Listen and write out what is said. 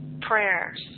prayers